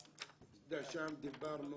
דיברנו